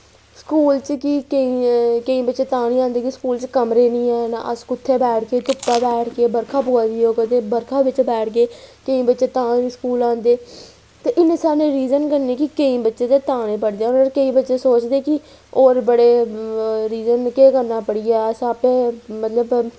school च कि केईं बच्चे तां निं आई पांदे कि कमरे निं हैन अस कुत्थै बैठगे ते धुप्पा कि बरखा पवा दी ऐ ते बरखा बिच बैठगे ते केईं बच्चे तां निं स्कूल औंदे इन्ने सारे रीज़न कन्नै कि केईं बच्चे तां निं पढ़दे ते केईं बच्चे सोचदे कि होर बड़े रीज़न न केह् करना पढ़ियै अस आपें मतलब